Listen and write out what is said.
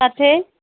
किथे